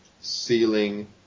ceiling